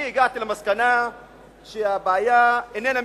אני הגעתי למסקנה שהבעיה איננה מקרית.